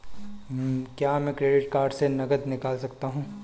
क्या मैं credit card से नकद निकाल सकता हूँ?